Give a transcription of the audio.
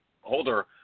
holder